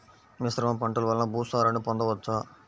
మిశ్రమ పంటలు వలన భూసారాన్ని పొందవచ్చా?